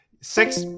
Six